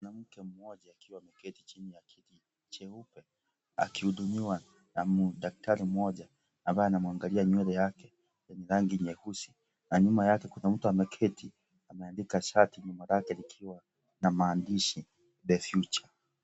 Mwanamke mmoja akiwa ameketi chini ya kiti cheupe, akihudumiwa na daktari mmoja ambaye anamwangalia nywele yake yenye rangi nyeusi. Na nyuma yake kuna mtu ameketi ameandika shati nyuma yake likiwa na maandishi the future .